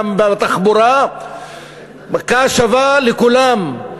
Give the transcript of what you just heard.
גם בתחבורה מכה שווה לכולם.